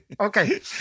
okay